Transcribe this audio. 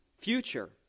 future